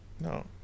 No